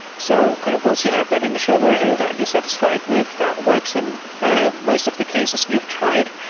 so kind of once you have that initial version that you're satisfied with that works in i don't know, most of the cases you've tried.